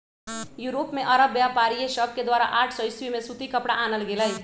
Europe में अरब व्यापारिय सभके द्वारा आठ सौ ईसवी में सूती कपरा आनल गेलइ